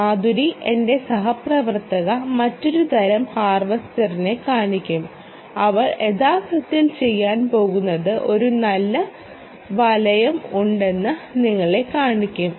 മാധുരി എന്റെ സഹപ്രവർത്തക മറ്റൊരു തരം ഹാർവെസ്റ്ററെ കാണിക്കും അവൾ യഥാർത്ഥത്തിൽ ചെയ്യാൻ പോകുന്നത് ഒരു നല്ല വലയം ഉണ്ടെന്ന് നിങ്ങളെ കാണിക്കും